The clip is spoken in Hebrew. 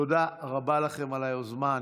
תודה רבה לכם על היוזמה.